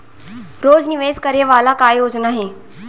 रोज निवेश करे वाला का योजना हे?